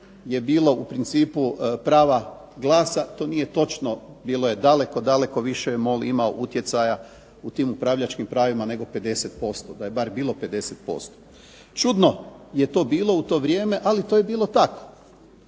je bilo u principu prava glasa to nije točno, bilo je daleko više je MOL imao utjecaja u tim upravljačkim pravima nego 50%. Da je bar bilo 50%. Čudno je to bilo u to vrijeme ali to je bilo tako.